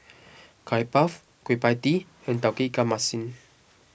Curry Puff Kueh Pie Tee and Tauge Ikan Masin